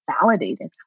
validated